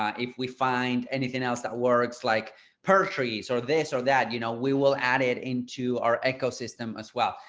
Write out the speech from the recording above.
um if we find anything else that works like peripheries, or this or that, you know, we will add it into our ecosystem as well.